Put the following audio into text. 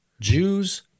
Jews